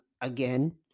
Again